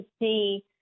see